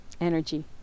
energy